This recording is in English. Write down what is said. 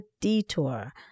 detour